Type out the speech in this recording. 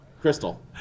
Crystal